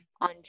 on